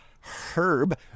herb